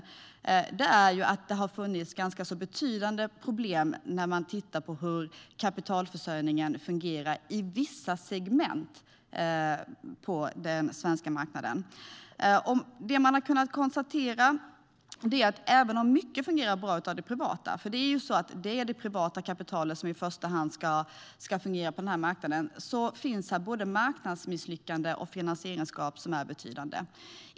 Kritiken har handlat om att det har funnits ganska betydande problem med hur kapitalförsörjningen har fungerat i vissa segment på den svenska marknaden. Man har kunnat konstatera att även om mycket av det privata kapitalet fungerar bra - det är i första hand det privata kapitalet som ska fungera på den marknaden - finns det både marknadsmisslyckanden och finansieringsgap som är betydande.